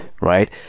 Right